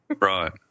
Right